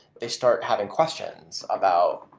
they start having questions about,